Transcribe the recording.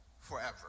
forever